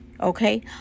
Okay